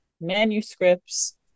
manuscripts